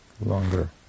longer